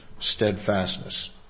steadfastness